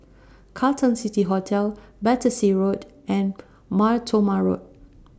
Carlton City Hotel Battersea Road and Mar Thoma Road